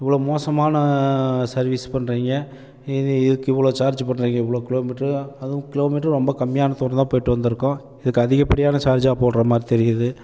இவ்வளோ மோசமான சர்வீஸ் பண்ணுறிங்க இது எதுக்கு இவ்வளோ சார்ஜ் பண்ணுறிங்க இவ்வளோ கிலோமீட்ரு அதுவும் கிலோமீட்ரு ரொம்ப கம்மியான தூரம்தான் போய்விட்டு வந்திருக்கோம் இதுக்கு அதிகப்படியான சார்ஜ்ஜாக போட்டுற மாதிரி தெரியுது